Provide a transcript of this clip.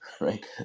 right